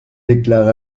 déclare